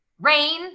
rain